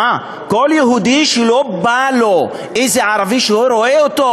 מה, כל יהודי שלא בא לו איזה ערבי שהוא רואה אותו,